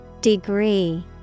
Degree